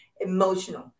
emotional